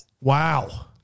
Wow